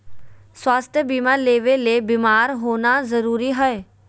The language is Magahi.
स्वास्थ्य बीमा लेबे ले बीमार होना जरूरी हय?